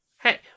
Hey